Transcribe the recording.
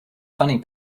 funny